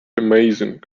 amazing